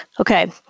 Okay